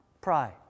pride